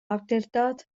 awdurdod